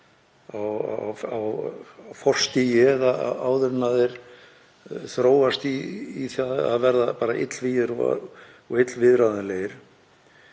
á forstigi eða áður en þeir þróast í að verða illvígir og illviðráðanlegir.